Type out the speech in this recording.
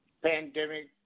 pandemic